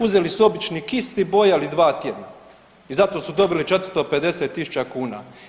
Uzeli su obični kist i bojali dva tjedna i zato su dobili 450 000 kuna.